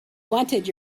wanted